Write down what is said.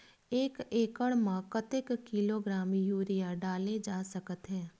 एक एकड़ म कतेक किलोग्राम यूरिया डाले जा सकत हे?